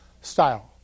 style